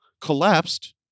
collapsed